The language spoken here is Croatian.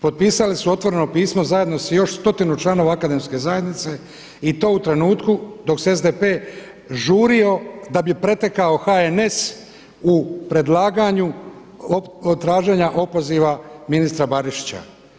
Potpisali su otvoreno pismo zajedno s još stotinu članova akademske zajednice i to u trenutku dok se SDP žurio da bi pretekao HNS u predlaganju traženja opoziva ministra Barišića.